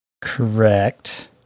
Correct